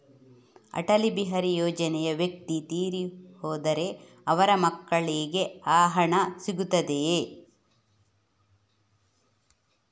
ಅಟಲ್ ಬಿಹಾರಿ ಯೋಜನೆಯ ವ್ಯಕ್ತಿ ತೀರಿ ಹೋದರೆ ಅವರ ಮಕ್ಕಳಿಗೆ ಆ ಹಣ ಸಿಗುತ್ತದೆಯೇ?